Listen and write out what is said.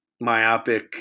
myopic